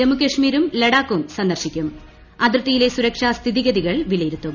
ജമ്മുകശ്മീരും ലഡാക്കും സ്ന്ദ്ർശിക്കും അതിർത്തിയിലെ സുരക്ഷാ സ്ഥിതിഗതികൾ പില്യിരുത്തും